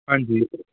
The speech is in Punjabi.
ਹਾਂਜੀ